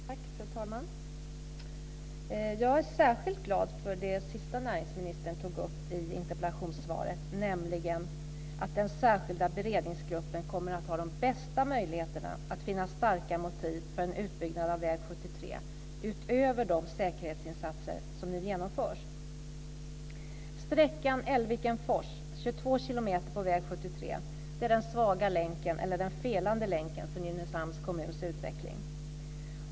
Fru talman! Jag är särskilt glad över det sista som näringsministern tog upp i interpellationssvaret, nämligen att den särskilda beredningsgruppen kommer att ha de bästa möjligheterna att finna starka motiv för en utbyggnad av väg 73 utöver de säkerhetsinsatser som nu genomförs. Sträckan från Älgviken till Fors - 22 kilometer på väg 73 - är den svaga länken eller den felande länken för Nynäshamns kommuns utveckling.